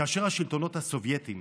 כאשר השלטונות הסובייטיים